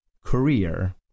career